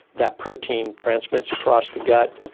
that protein transmits across the gut,